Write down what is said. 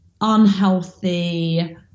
unhealthy